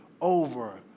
over